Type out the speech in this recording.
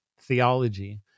theology